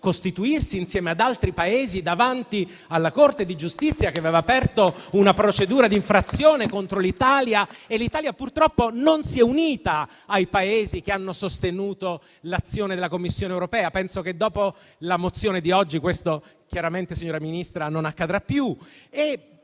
costituirsi insieme ad altri Paesi davanti alla Corte di giustizia che aveva aperto una procedura di infrazione contro l'Ungheria. L'Italia, purtroppo, non si è unita ai Paesi che hanno sostenuto l'azione della Commissione europea. Penso che dopo la mozione di oggi questo chiaramente non accadrà più,